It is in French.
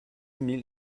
mille